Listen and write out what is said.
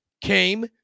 came